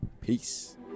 peace